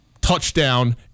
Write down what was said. Touchdown